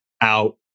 out